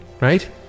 right